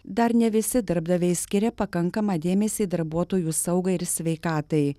dar ne visi darbdaviai skiria pakankamą dėmesį darbuotojų saugai ir sveikatai